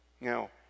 now